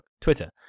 Twitter